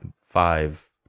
five